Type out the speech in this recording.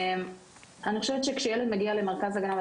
אני חושבת שכשילד מגיע למרכז הגנה,